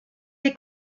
les